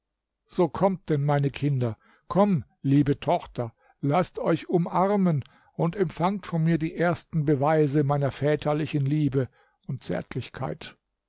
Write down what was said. so kommt denn meine kinder komm liebe tochter laßt euch umarmen und empfangt von mir die ersten beweise meiner väterlichen liebe und zärtlichkeit